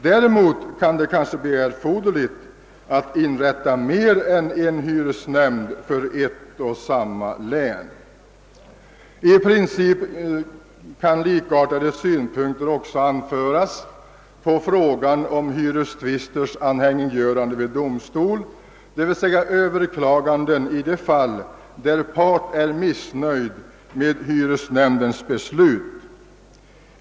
Däremot kan det kanske vara erforderligt att inrätta mer än en hyresnämnd för ett och samma län. I princip kan likartade synpunkter anföras på frågan om hyrestvisters anhängiggörande vid «domstol, d.v.s. överklaganden i de fall där part är missnöjd med hyresnämndens beslut.